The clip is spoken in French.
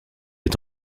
est